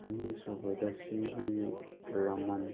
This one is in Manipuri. ꯑꯅꯤ ꯁꯨꯕꯗ ꯁꯤ ꯕꯤ ꯔꯥꯃꯟ